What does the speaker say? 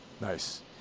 Nice